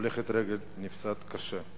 הולכת רגל נפצעת קשה,